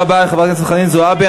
תודה רבה לחברת הכנסת חנין זועבי.